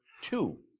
two